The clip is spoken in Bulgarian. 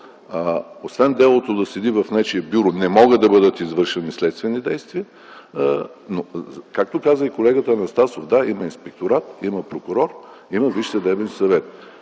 освен делото да седи в нечие бюро – не могат да бъдат извършени следствени действия, но както каза и колегата Анастасов – да, има Инспекторат, има прокурор, има Висш